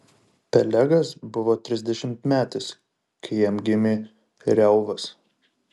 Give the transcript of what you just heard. pelegas buvo trisdešimtmetis kai jam gimė reuvas